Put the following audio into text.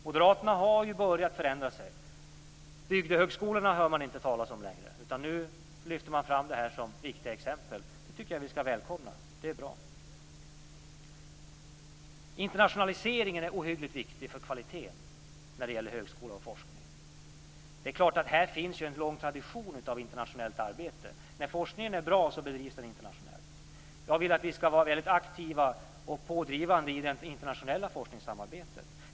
Moderaterna har här börjat förändra sig. Bygdehögskolorna hör man inte talas om längre, utan nu lyfter man fram det här som viktiga exempel. Det tycker jag att vi skall välkomna. Det är bra. Internationaliseringen är ohyggligt viktig för kvaliteten när det gäller högskola och forskning. Här finns förstås en lång tradition av internationellt arbete. När forskningen är bra bedrivs den internationellt. Jag vill att vi skall vara väldigt aktiva och pådrivande i det internationella forskningssamarbetet.